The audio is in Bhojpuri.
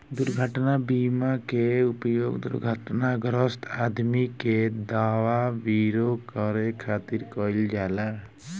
दुर्घटना बीमा के उपयोग दुर्घटनाग्रस्त आदमी के दवा विरो करे खातिर कईल जाला